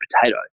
potato